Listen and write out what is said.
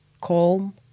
calm